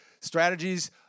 strategies